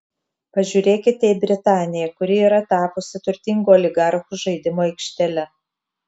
pažiūrėkite į britaniją kuri yra tapusi turtingų oligarchų žaidimo aikštele